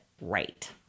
right